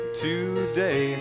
today